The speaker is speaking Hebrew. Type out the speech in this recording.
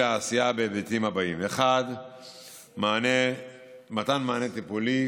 העשייה בהיבטים הבאים: מתן מענה טיפולי